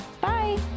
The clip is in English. Bye